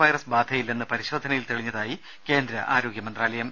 virus ബാധയില്ലെന്ന് പരിശോധനയിൽ തെളിഞ്ഞതായി കേന്ദ്ര ആരോഗ്യ മന്ത്രാലയം